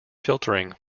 filtering